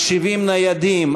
מחשבים ניידים,